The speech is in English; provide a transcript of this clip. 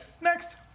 Next